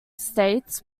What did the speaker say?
states